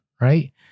right